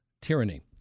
tyranny